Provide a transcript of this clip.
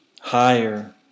higher